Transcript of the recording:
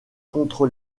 contre